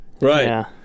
Right